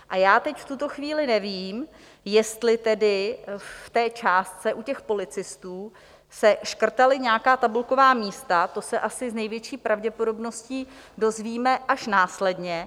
A já teď v tuto chvíli nevím, jestli tedy v té částce u těch policistů se škrtala nějaká tabulková místa, to se asi s největší pravděpodobností dozvíme až následně.